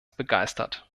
begeistert